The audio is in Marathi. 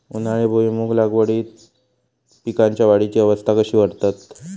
उन्हाळी भुईमूग लागवडीत पीकांच्या वाढीची अवस्था कशी करतत?